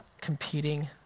competing